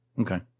Okay